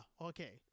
Okay